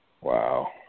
Wow